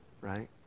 right